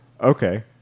okay